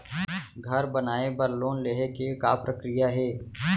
घर बनाये बर लोन लेहे के का प्रक्रिया हे?